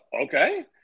okay